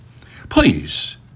Please